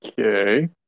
Okay